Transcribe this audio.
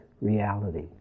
reality